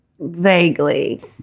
Vaguely